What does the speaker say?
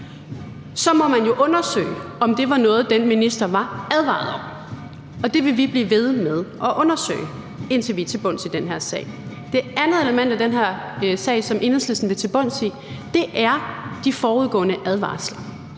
så må man jo undersøge, om det var noget, den minister var advaret om, og det vil vi blive ved med at undersøge, indtil vi er kommet til bunds i den her sag. Det andet element i den her sag, som Enhedslisten vil til bunds i, er de forudgående advarsler,